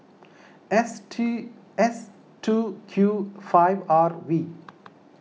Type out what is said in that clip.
S S two Q five R V